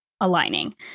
aligning